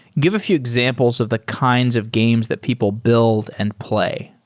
give a few examples of the kinds of games that people build and play.